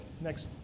next